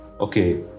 okay